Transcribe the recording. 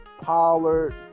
Pollard